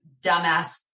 dumbass